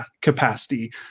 capacity